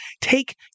take